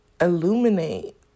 illuminate